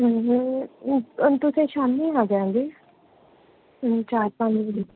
ਹਮ ਤੁਸੀਂ ਸ਼ਾਮੀ ਆ ਜਾਂਦੇ ਤਿੰਨ ਚਾਰ ਪੰਜ ਵਜੇ